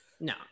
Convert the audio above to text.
No